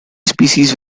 species